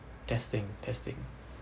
testing testing